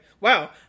Wow